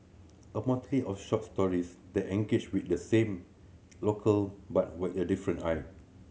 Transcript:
a motley of short stories that engages with the same locale but with the different eye